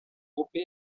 rompe